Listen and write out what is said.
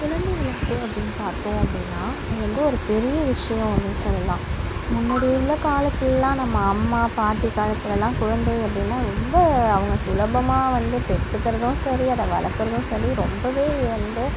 குழந்தை வளர்ப்பு அப்படீன்னு பார்த்தோம் அப்படீன்னா அது வந்து ஒரு பெரிய விஷயம் அப்படீன்னு சொல்லலாம் முன்னாடி உள்ள காலத்துலலாம் நம்ம அம்மா பாட்டி காலத்துலலாம் குழந்தை அப்படீன்னா ரொம்ப அவங்க சுலபமாக வந்து பெற்றுக்கறதும் சரி அதை வளர்க்குறதும் சரி ரொம்பவே வந்து